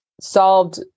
solved